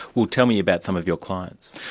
well tell me about some of your clients.